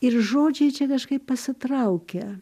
ir žodžiai čia kažkaip pasitraukia